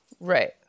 Right